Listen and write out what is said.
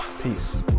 Peace